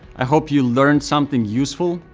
i hope you learned something useful.